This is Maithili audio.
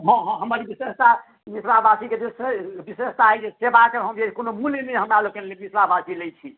हँ हँ हमर विशेषता मिथिलावासीके जे छै से विशेषता ई जे सेवाके कोनो मूल्य नहि हमरा लोकनि मिथिलावासी लैत छी